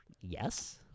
Yes